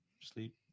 sleep